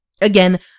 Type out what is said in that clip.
Again